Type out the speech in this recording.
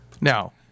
Now